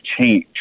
change